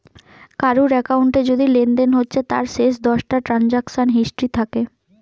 কারুর একাউন্টে যদি লেনদেন হচ্ছে তার শেষ দশটা ট্রানসাকশান হিস্ট্রি থাকে